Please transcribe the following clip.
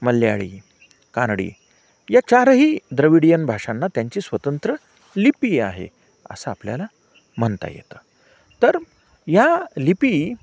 मल्याळी कानडी या चारही द्रविडीयन भाषांना त्यांची स्वतंत्र लिपी आहे असं आपल्याला म्हणता येतं तर या लिपी